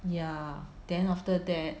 ya then after that